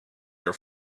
your